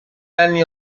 anni